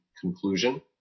conclusion